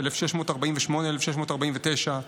1649-1648,